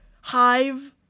Hive